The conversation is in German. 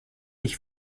ich